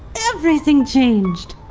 everything changed!